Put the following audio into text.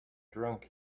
drunk